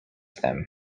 them